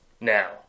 Now